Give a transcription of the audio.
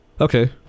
Okay